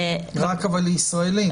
אבל רק לישראלים.